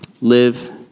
live